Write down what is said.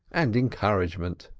and encouragement.